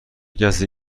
کسی